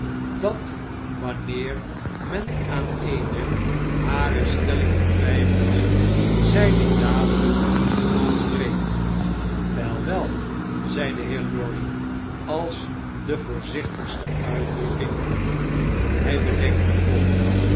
dat wanneer men aan eene harer stellingen twjjfelde zij die dadelijk overdreef wel wel zei de heer lorry als de voorzichtigste uitdrukking die hij bedenken kon